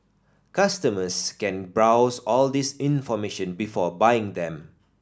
customers can browse all this information before buying them